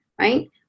right